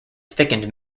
thickened